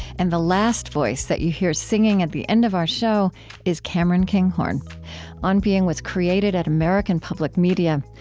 and the last voice that you hear singing at the end of our show is cameron kinghorn on being was created at american public media.